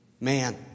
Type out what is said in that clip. man